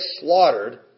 slaughtered